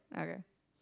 okay